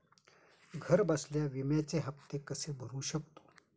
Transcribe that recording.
घरबसल्या विम्याचे हफ्ते कसे भरू शकतो?